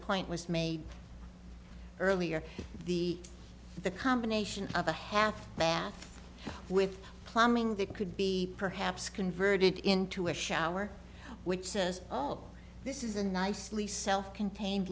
point was made earlier the the combination of a half bath with plumbing that could be perhaps converted into a shower which says oh this is a nicely self contained